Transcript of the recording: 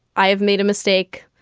i have made a mistake.